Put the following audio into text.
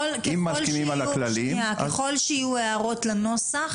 אם מסכימים על הכללים אז --- ככל שיהיו הערות לנוסח